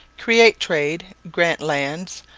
create trade, grant lands,